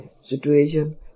situation